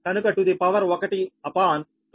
కనుక to the power ఒకటి upon 9